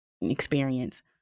experience